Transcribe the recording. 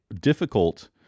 difficult